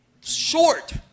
short